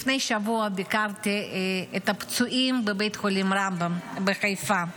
לפני שבוע ביקרתי את הפצועים בבית חולים רמב"ם בחיפה.